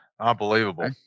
unbelievable